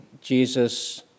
Jesus